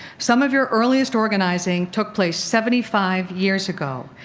some of your earliest organizing took place seventy five years ago,